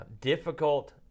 difficult